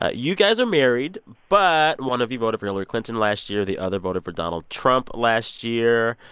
ah you guys are married. but one of you voted for hillary clinton last year. the other voted for donald trump last year.